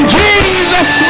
jesus